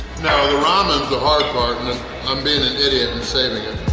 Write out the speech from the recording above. now the ramen's the hard part and i'm being an idiot and saving it.